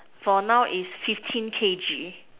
for now is fifty kg